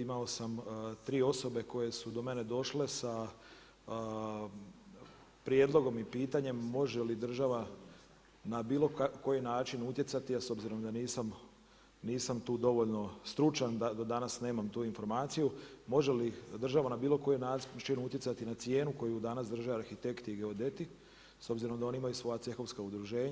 imao sam tri osobe koje su do mene došle sa prijedlogom i pitanjem može li država na bilo koji način utjecati, a s obzirom da nisam tu dovoljno stručan da danas nemam tu informaciju može li država na bilo koji način utjecati na cijenu koju danas drže arhitekti i geodeti s obzirom da oni imaju svoja cehovska udruženja.